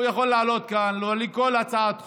הוא יכול לעלות כאן ולהעלות כל הצעת חוק.